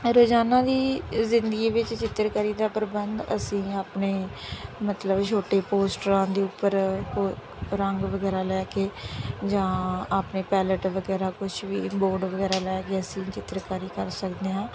ਰੋਜ਼ਾਨਾ ਦੀ ਜ਼ਿੰਦਗੀ ਵਿੱਚ ਚਿੱਤਰਕਾਰੀ ਦਾ ਪ੍ਰਬੰਧ ਅਸੀਂ ਆਪਣੇ ਮਤਲਬ ਛੋਟੇ ਪੋਸਟਰਾਂ ਦੇ ਉੱਪਰ ਰੰਗ ਵਗੈਰਾ ਲੈ ਕੇ ਜਾਂ ਆਪਣੇ ਪੈਲਟ ਵਗੈਰਾ ਕੁਛ ਵੀ ਬੋਰਡ ਵਗੈਰਾ ਲੈ ਕੇ ਅਸੀਂ ਚਿੱਤਰਕਾਰੀ ਕਰ ਸਕਦੇ ਹਾਂ